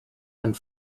and